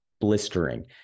blistering